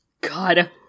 God